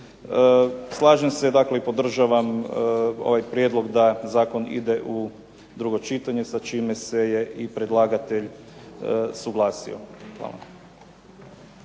Slažem se i podržavam ovaj prijedlog da zakon ide u drugo čitanje, sa čime se je i predlagatelj suglasio. Hvala.